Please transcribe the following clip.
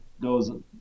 goes